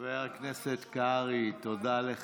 חבר הכנסת קרעי, תודה לך.